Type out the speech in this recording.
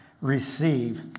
receive